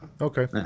okay